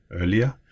earlier